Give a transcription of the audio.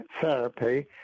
therapy